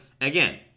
again